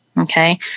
Okay